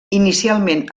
inicialment